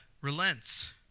relents